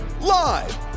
live